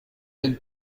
gêne